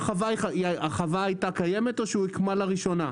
החווה היתה קיימת, או שהיא הוקמה לראשונה?